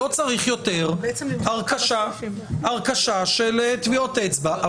לא צריך יותר הרכשה של טביעות אצבע.